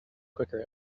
quicker